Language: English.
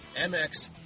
MX